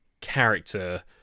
character